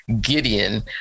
Gideon